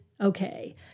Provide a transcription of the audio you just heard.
okay